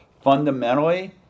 fundamentally